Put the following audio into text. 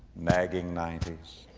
nagging nineties.